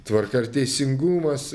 tvarka ir teisingumas